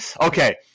Okay